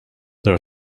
are